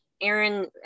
Aaron